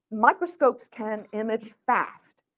microscopes can image fast.